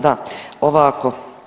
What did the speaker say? Da, ovako.